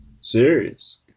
Serious